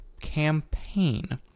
campaign